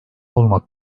olmak